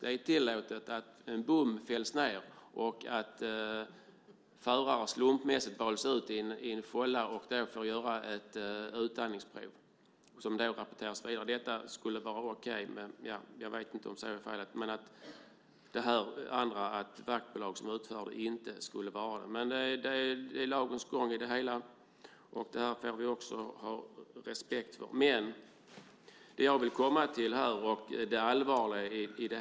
Det är tillåtet att en bom fälls ned och att förare slumpmässigt väljs ut i en fålla och där får göra ett utandningsprov som rapporteras vidare. Detta skulle vara okej. Jag vet inte om så är fallet. Det sägs att det inte skulle vara det om vaktbolag utför det. Det är lagens gång i det hela. Det får vi också ha respekt för. Det hela är allvarligt.